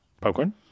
popcorn